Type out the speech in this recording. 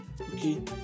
Okay